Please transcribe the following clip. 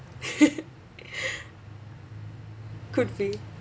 could be